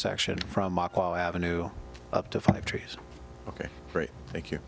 section from avenue up to five trees ok thank you